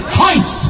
heist